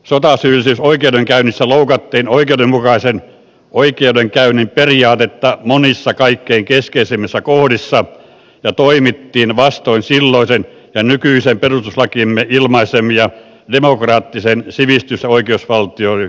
sotasyyllisyysoikeudenkäynnissä loukattiin oikeudenmukaisen oikeudenkäynnin periaatetta monissa kaikkein keskeisimmissä kohdissa ja toimittiin vastoin silloisen ja nykyisen perustuslakimme ilmaisemia demokraattisen sivistys ja oikeusvaltion perussääntöjä